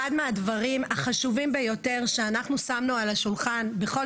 אחד מהדברים החשובים ביותר שאנחנו שמנו על השולחן בכל